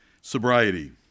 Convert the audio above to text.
sobriety